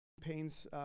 ...pains